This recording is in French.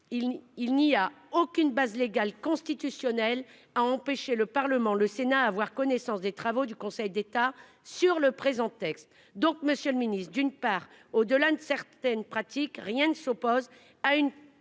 il n'y a aucune base légale constitutionnelle a empêché le Parlement, le Sénat avoir connaissance des travaux du Conseil d'État sur le présent texte donc Monsieur le Ministre, d'une part au delà de certaines pratiques. Rien ne s'oppose à une